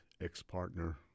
ex-partner